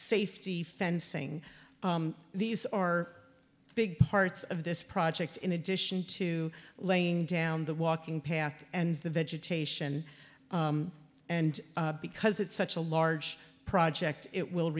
safety fencing these are big parts of this project in addition to laying down the walking path and the vegetation and because it's such a large project it will